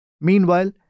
Meanwhile